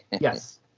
Yes